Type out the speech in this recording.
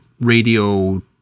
radio